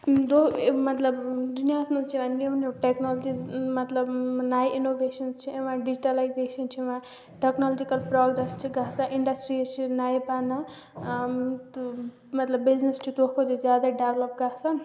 تِم دۅہ مطلب دُنیاہس منٛز چھِ یِوان نِوۍ نِوۍ ٹیکنالوجی مطلب نٔے اِنوینشن چھِ یِوان ڈِجٹٕلایِزیشَن چھِ یِوان ٹیکنالوجِکَل پرٛاگَریٚس چھِ گَژھان اِنٛڈسٹرٛیٖز چھِ نَیہِ بَنان تہٕ مطلب بِزنِس چھُ دۅہ کھۅتہٕ دۅہ زیادَے ڈیولپ گَژھان